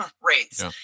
rates